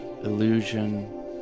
illusion